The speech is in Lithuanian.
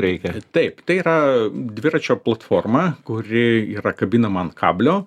reikia taip tai yra dviračio platforma kuri yra kabinama ant kablio